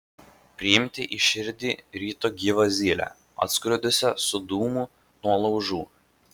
priimti į širdį ryto gyvą zylę atskridusią su dūmu nuo laužų